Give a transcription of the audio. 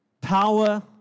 power